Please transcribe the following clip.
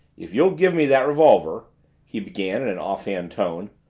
if you'll give me that revolver he began in an offhand tone,